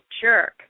jerk